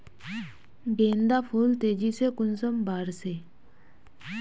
गेंदा फुल तेजी से कुंसम बार से?